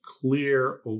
clear